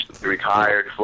retired